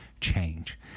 change